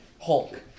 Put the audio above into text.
Hulk